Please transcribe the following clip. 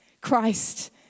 Christ